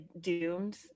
doomed